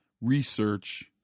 research